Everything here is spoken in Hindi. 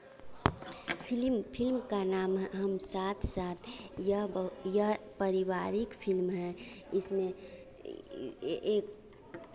फिलिम फिल्म का नाम हम साथ साथ यह बहु यह परिवारिक फ़िल्म है इसमें ए एक